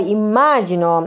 immagino